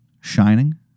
shining